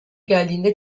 geldiğinde